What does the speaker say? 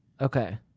Okay